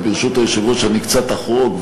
אז ברשות היושב-ראש אני קצת אחרוג,